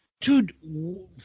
Dude